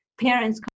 parents